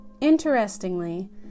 Interestingly